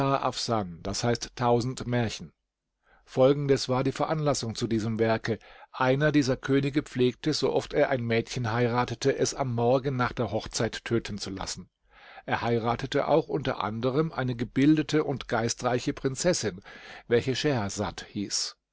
d h tausend märchen folgendes war die veranlassung zu diesem werke einer dieser könige pflegte sooft er ein mädchen heiratete es am morgen nach der hochzeit töten zu lassen er heiratete auch unter anderen eine gebildete und geistreiche prinzessin welche schehersad hieß